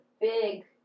big